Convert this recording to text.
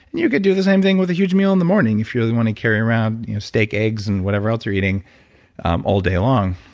you could do the same thing with a huge meal in the morning if you're the one who carry around steak, eggs and whatever else you're eating um all day long.